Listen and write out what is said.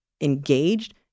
engaged